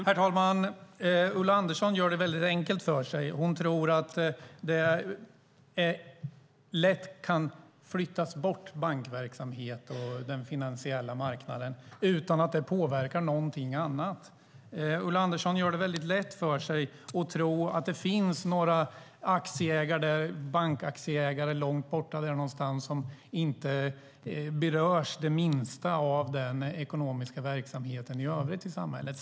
Herr talman! Ulla Andersson gör det väldigt enkelt för sig. Hon tror att bankverksamhet och den finansiella marknaden lätt kan flyttas bort utan att det påverkar någonting annat. Ulla Andersson gör det väldigt lätt för sig när hon tror att det finns några bankaktieägare långt borta någonstans som inte berörs det minsta av den ekonomiska verksamheten i övrigt i samhället.